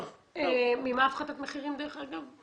ממה הפחתת מחירים, דרך אגב?